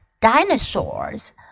dinosaurs